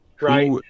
Right